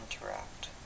interact